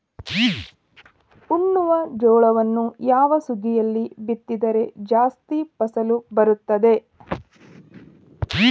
ಉಣ್ಣುವ ಜೋಳವನ್ನು ಯಾವ ಸುಗ್ಗಿಯಲ್ಲಿ ಬಿತ್ತಿದರೆ ಜಾಸ್ತಿ ಫಸಲು ಬರುತ್ತದೆ?